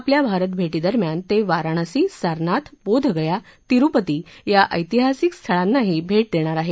आपल्या भारत भेटीदरम्यान ते वाराणसी सारनाथ बोधगया तिरुपती या ऐतिहासिक स्थळांनाही भेट देणार आहेत